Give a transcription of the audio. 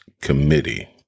Committee